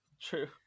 True